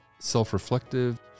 self-reflective